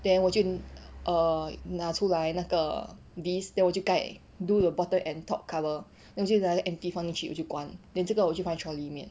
then 我就 err 拿出来那个 disc then 我就盖 do the bottom and top cover then 我就把那个 empty 放进去我就关 then 这个我就放在 trolly 里面